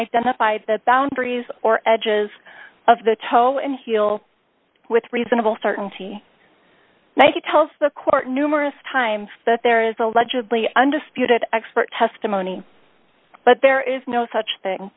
identify the boundaries or edges of the toe and heel with reasonable certainty now he tells the court numerous times that there is allegedly undisputed expert testimony but there is no such thing